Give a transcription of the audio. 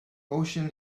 ocean